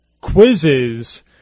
quizzes